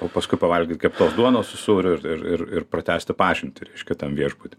o paskui pavalgyt keptos duonos su sūriu ir ir ir pratęsti pažintį kitam viešbuty